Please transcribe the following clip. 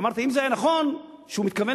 אמרתי שאם זה היה נכון שהוא מתכוון